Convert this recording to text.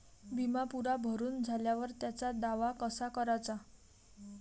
बिमा पुरा भरून झाल्यावर त्याचा दावा कसा कराचा?